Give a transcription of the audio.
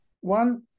one